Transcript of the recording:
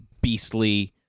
beastly